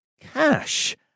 Cash